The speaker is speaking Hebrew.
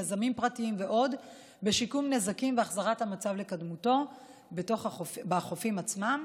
יזמים פרטיים ועוד בשיקום נזקים והחזרת המצב לקדמותו בחופים עצמם.